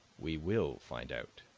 we will find out,